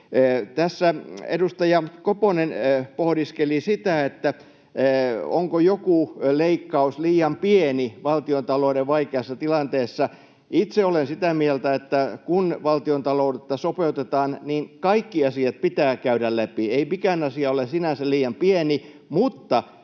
Tässä edustaja Koponen pohdiskeli sitä, onko joku leikkaus liian pieni valtiontalouden vaikeassa tilanteessa. Itse olen sitä mieltä, että kun valtiontaloutta sopeutetaan, niin kaikki asiat pitää käydä läpi. Ei mikään asia ole sinänsä liian pieni, mutta